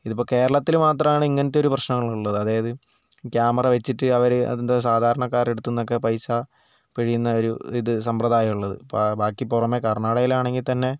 ഇതിപ്പോൾ കേരളത്തിൽ മാത്രമാണ് ഇങ്ങനത്തെ ഒരു പ്രശ്നങ്ങൾ ഉള്ളത് അതായത് ക്യാമറ വച്ചിട്ട് അവർ എന്തോ സാധാരണക്കാരുടെ അടുത്ത് നിന്നൊക്കെ പൈസ പിഴിയുന്ന ഒരു ഇത് സമ്പ്രദായം ഉള്ളത് ഇപ്പോൾ ബാക്കി പുറമെ കർണ്ണാടകയിൽ ആണെങ്കിൽ തന്നെ